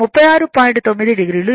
9 o